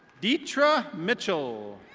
deitra mitchell.